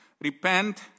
Repent